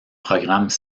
programmes